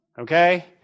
Okay